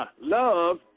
love